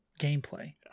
gameplay